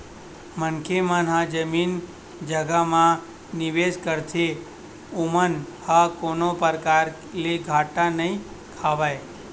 मनखे मन ह जमीन जघा म निवेस करथे ओमन ह कोनो परकार ले घाटा नइ खावय